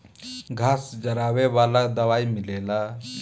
घास जरावे वाला दवाई मिलेला